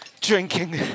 drinking